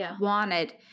wanted